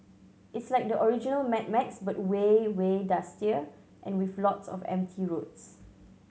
it's like the original Mad Max but way way dustier and with lots of empty roads